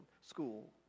school